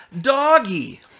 Doggy